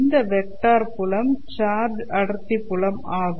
இந்த வெக்டர் புலம் சார்ஜ் அடர்த்தி புலம் ஆகும்